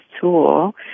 tool